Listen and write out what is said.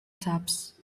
taps